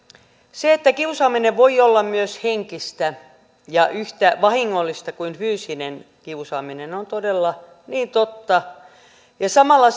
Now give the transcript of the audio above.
se että kiusaaminen voi olla myös henkistä ja yhtä vahingollista kuin fyysinen kiusaaminen on todella niin totta ja samalla